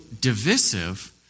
divisive